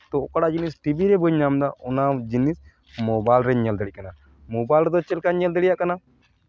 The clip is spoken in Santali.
ᱛᱚ ᱚᱠᱟᱴᱟᱜ ᱡᱤᱱᱤᱥ ᱴᱤᱵᱷᱤ ᱨᱮ ᱵᱟᱹᱧ ᱧᱟᱢᱫᱟ ᱚᱱᱟ ᱡᱤᱱᱤᱥ ᱢᱳᱵᱟᱭᱤᱞ ᱨᱤᱧ ᱧᱮᱞ ᱫᱟᱲᱮᱜ ᱠᱟᱱᱟ ᱢᱳᱵᱟᱭᱤᱞ ᱨᱮᱫᱚ ᱪᱮᱫ ᱞᱮᱠᱟᱧ ᱧᱮᱞ ᱫᱟᱲᱮᱭᱟᱜ ᱠᱟᱱᱟ